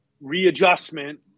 readjustment